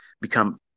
become